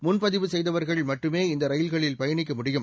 முன்பதிவு செய்தவர்கள் மட்டுமே இந்த ரயில்களில் பயணிக்க முடியும்